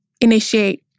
initiate